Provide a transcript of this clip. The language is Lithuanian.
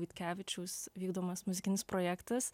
butkevičiaus vykdomas muzikinis projektas